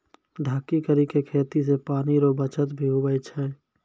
ढकी करी के खेती से पानी रो बचत भी हुवै छै